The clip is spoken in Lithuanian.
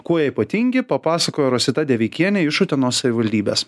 kuo jie ypatingi papasakojo rosita deveikienė iš utenos savivaldybės